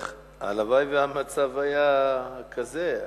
הלוואי שהמצב היה כזה.